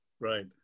right